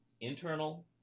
internal